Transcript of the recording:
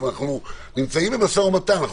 אנחנו נמצאים במשא ומתן.